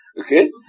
Okay